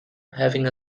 having